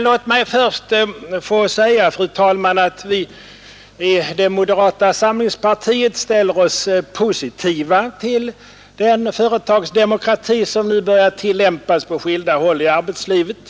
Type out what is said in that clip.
Låt mig först få säga, fru talman, att vi i moderata samlingspartiet naturligtvis ställer oss positiva till den företagsdemokrati som nu börjar tillämpas på skilda håll i arbetslivet.